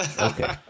Okay